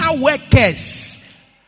workers